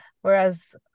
Whereas